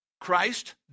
Christ